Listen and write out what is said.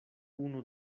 unu